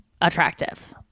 attractive